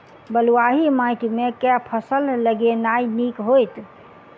बलुआही माटि मे केँ फसल लगेनाइ नीक होइत?